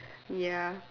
ya